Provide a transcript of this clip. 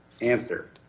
Answer